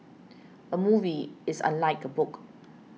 a movie is unlike a book